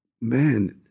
man